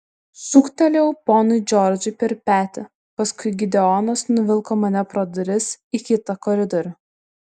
šūktelėjau ponui džordžui per petį paskui gideonas nuvilko mane pro duris į kitą koridorių